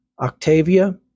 Octavia